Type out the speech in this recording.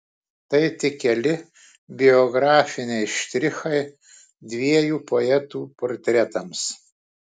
tai tik keli biografiniai štrichai dviejų poetų portretams